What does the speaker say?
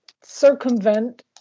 circumvent